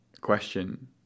question